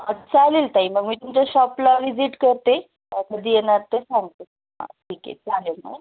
चालेल ताई मग मी तुमच्या शॉपला व्हिजिट करते कधी येणार ते सांगते हां ठीके चालेल मग